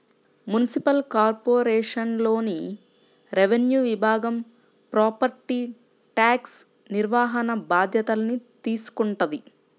municipal కార్పొరేషన్లోని revenue విభాగం property tax నిర్వహణ బాధ్యతల్ని తీసుకుంటది